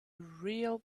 real